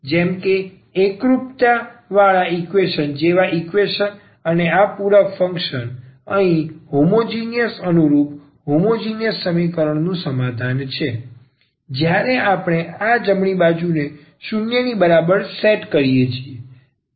જેમ કે એકરૂપતા વાળા ઈકવેશન જેવા ઈકવેશન અને આ પૂરક ફંક્શન અહીં હોમોજીનીયસ અનુરૂપ હોમોજીનીયસ સમીકરણ નું સમાધાન છે જ્યારે આપણે આ જમણી બાજુને 0 ની બરાબર સેટ કરીએ છીએ